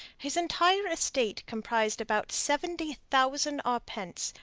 his entire estate comprised about seventy thousand arpents,